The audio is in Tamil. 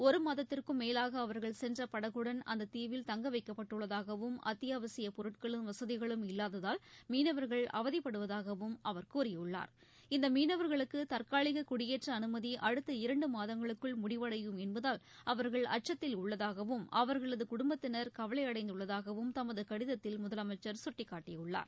ஒருமாதத்திற்கும் தங்கவைக்கப்பட்டுள்ளதாகவும் அத்தியாவசியப் பொருட்களும் வசதிகளும் இல்லாததால் மீனவர்கள் அவதிப்படுவதாகவும் அவர் கூறியுள்ளார் இந்த மீனவர்களுக்கு தற்காலிக குடியேற்ற அனுமதி அடுத்த இரண்டு மாதங்களுக்குள் முடிவடையும் என்பதால் அவர்கள் அச்சத்தில் உள்ளதாகவும் அவர்களது குடும்பத்தினர் கவலையடைந்துள்ளதாகவும் தமது கடிதத்தில் முதலமைச்சர் சுட்டிக்காட்டியுள்ளார்